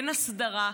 אין הסדרה,